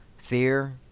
Fear